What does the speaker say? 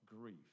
grief